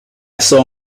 saw